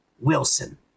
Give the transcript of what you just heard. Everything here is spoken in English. Wilson